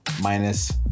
minus